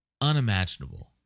Unimaginable